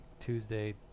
tuesday